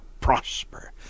prosper